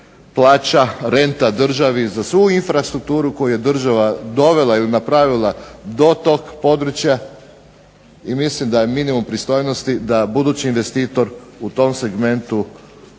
plaća renta državi za svu infrastrukturu koju je država dovela ili napravila do tog područja i mislim da je minimum pristojnosti da budući investitor tu spremnost